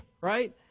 right